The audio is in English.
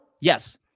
Yes